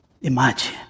Imagine